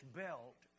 belt